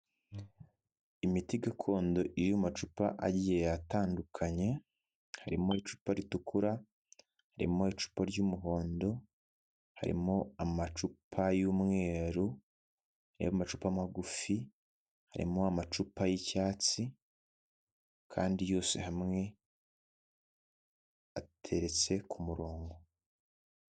Imiti gakondo iri mu macupa agiye atandukanye harimo icupa ritukura harimo icupa ry'umuhondo harimo amacupa y'umweru, amacupa magufi harimo amacupa y'icyatsi kandi yose hamwe ateretse ku murongo.